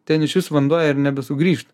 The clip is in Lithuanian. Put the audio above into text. ten išvis vanduo ir nebesugrįžta